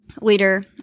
leader